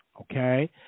Okay